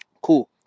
Cool